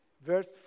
Verse